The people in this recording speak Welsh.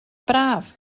braf